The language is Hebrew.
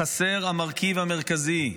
חסר המרכיב המרכזי,